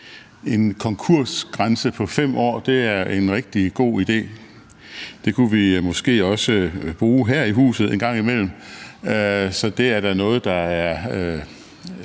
En konkursgrænse på 5 år er en rigtig god idé. Det kunne vi måske også bruge her i huset en gang imellem, så det er da noget, der er